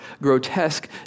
grotesque